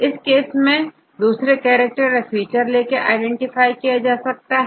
इस केस में दूसरे कैरेक्टर या फीचर लेकर आईडेंटिफाय किया जाएगा